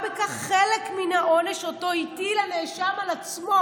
בכך חלק מן העונש אשר אותו הטיל הנאשם על עצמו"